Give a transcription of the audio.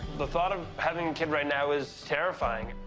the thought of having a kid right now is terrifying.